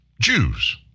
Jews